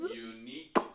Unique